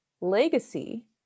legacy